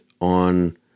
on